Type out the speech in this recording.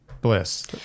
bliss